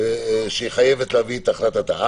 שהיא חייבת להביא את החלטתה.